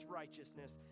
righteousness